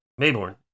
Mayborn